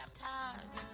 baptized